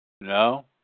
No